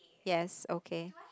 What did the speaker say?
yes okay